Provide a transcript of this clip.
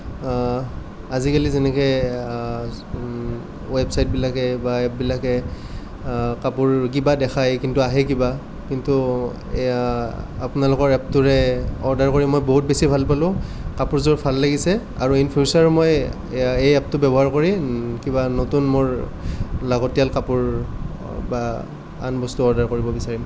আজিকালি যেনেকৈ ৱেবচাইটবিলাকে বা এপবিলাকে কাপোৰ কিবা দেখায় কিন্তু আহে কিবা কিন্তু আপোনালোকৰ এপটোৰে অৰ্ডাৰ কৰি মই বহুত বেছি ভাল পালোঁ কাপোৰযোৰ ভাল লাগিছে আৰু ইন ফিউচাৰো মই এই এপটো ব্যৱহাৰ কৰি কিবা নতুন মোৰ লাগতিয়াল কাপোৰ বা আন বস্তু অৰ্ডাৰ কৰিব বিচাৰিম